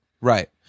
right